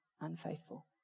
unfaithful